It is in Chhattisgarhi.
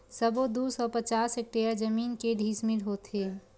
सबो दू सौ पचास हेक्टेयर जमीन के डिसमिल होथे?